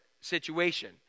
situation